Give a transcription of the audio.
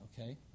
okay